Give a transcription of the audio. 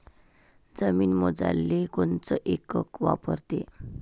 जमीन मोजाले कोनचं एकक वापरते?